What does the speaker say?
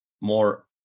more